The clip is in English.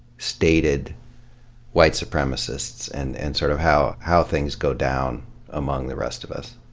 stated white supremacists, and and sort of how how things go down among the rest of us.